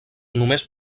només